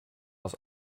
aus